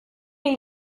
mais